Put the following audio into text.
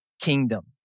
kingdom